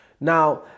now